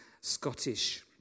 Scottish